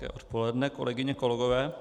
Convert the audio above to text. Hezké odpoledne, kolegyně, kolegové.